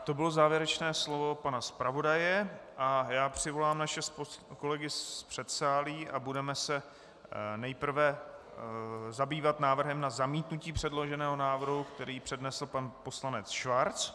To bylo závěrečné slovo pana zpravodaje a já přivolám naše kolegy z předsálí a budeme se nejprve zabývat návrhem na zamítnutí předloženého návrhu, který přednesl pan poslanec Schwarz.